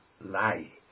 lie